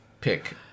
pick